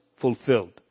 fulfilled